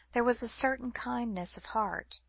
there was a certain kindliness of heart,